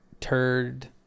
turd